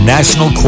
National